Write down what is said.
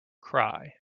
cry